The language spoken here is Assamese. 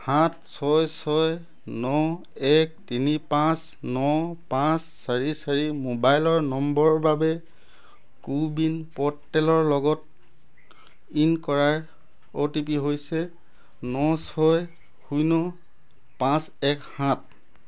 সাত ছয় ছয় ন এক তিনি পাঁচ ন পাঁচ চাৰি চাৰি মোবাইলৰ নম্বৰ বাবে কো ৱিন প'ৰ্টেলৰ লগত ইন কৰাৰ অ' টি পি হৈছে ন ছয় শূন্য পাঁচ এক সাত